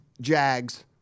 Jags